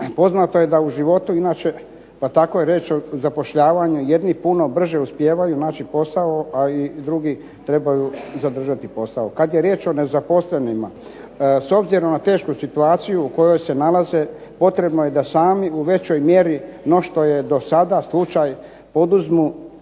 Poznato je da u životu inače pa tako je riječ o zapošljavanju jedni puno brže uspijevaju naći posao, a i drugi trebaju zadržati posao. Kad je riječ o nezaposlenima, s obzirom na tešku situaciju u kojoj se nalaze potrebno je da sami u većoj mjeri no što je do sada slučaj poduzmu